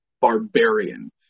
barbarian